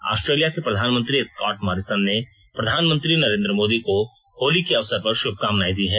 Australia के प्रधानमंत्री Scott Morrison ने प्रधानमंत्री नरेन्द्र मोदी को होली के अवसर पर शुभकामनाएं दी हैं